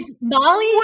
Molly